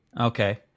Okay